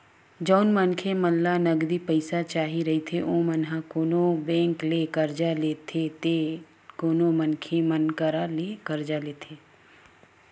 जउन मनखे मन ल नगदी पइसा चाही रहिथे ओमन ह कोनो बेंक ले करजा लेथे ते कोनो मनखे मन करा ले करजा लेथे